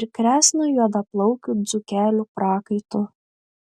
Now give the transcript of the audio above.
ir kresnų juodaplaukių dzūkelių prakaitu